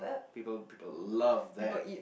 people people love that